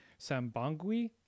Sambangui